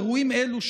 אירועים אלו,